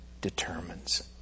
determines